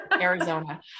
Arizona